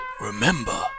remember